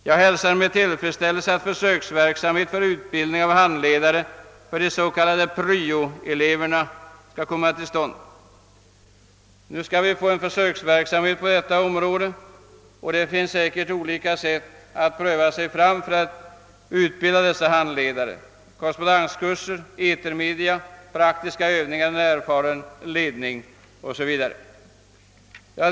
Jag hälsar med tillfredsställelse att en försöksverksamhet för utbildning av handledare för de s.k. pryoeleverna skall komma till stånd. Nu skall vi få en försöksverksamhet på detta område. Det finns säkert flera olika sätt att pröva vid utbildningen av dessa handledare, såsom korrespon denskurser, etermedia, praktiska övningar under erfaren ledning, o. s. v. Herr talman!